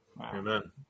Amen